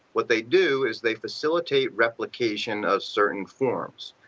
what they do is they facilitate replication of certain forms.